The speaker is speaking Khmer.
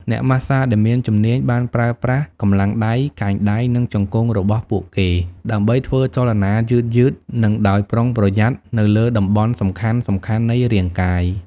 អ្នកម៉ាស្សាដែលមានជំនាញបានប្រើប្រាស់កម្លាំងដៃ កែងដៃនិងជង្គង់របស់ពួកគេដើម្បីធ្វើចលនាយឺតៗ និងដោយប្រុងប្រយ័ត្ននៅលើតំបន់សំខាន់ៗនៃរាងកាយ។